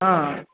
ಹಾಂ ಹಾಂ